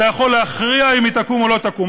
אתה יכול להכריע אם היא תקום או לא תקום.